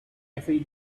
every